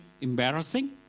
embarrassing